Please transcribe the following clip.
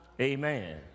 Amen